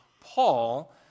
Paul